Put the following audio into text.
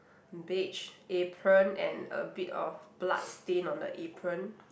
beige apron and a bit of blood stain on the apron